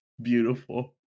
Beautiful